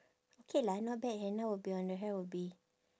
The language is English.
okay lah not bad henna will be on your hair will be